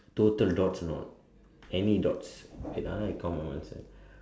total dots you know any dots wait ah I count mine one second